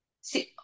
See